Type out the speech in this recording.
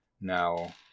Now